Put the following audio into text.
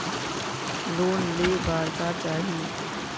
Loan ले बार का चाही?